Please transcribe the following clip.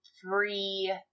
three